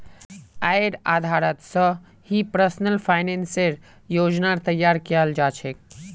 आयेर आधारत स ही पर्सनल फाइनेंसेर योजनार तैयारी कराल जा छेक